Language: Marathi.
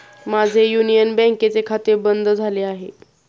माझे युनियन बँकेचे खाते बंद झाले आहे